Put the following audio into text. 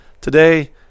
today